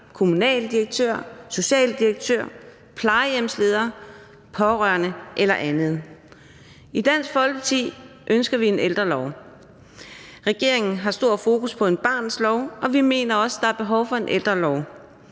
kommunaldirektør, socialdirektør, plejehjemsleder, pårørende eller andet. I Dansk Folkeparti ønsker vi en ældrelov. Regeringen har stor fokus på en barnets lov, og vi mener også, at der er behov for en ældrelov,